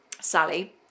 Sally